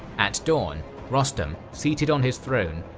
at dawn rostam, seated on his throne,